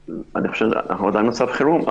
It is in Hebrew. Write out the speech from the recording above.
ואנחנו עדיין במצב חירום.